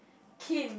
Kim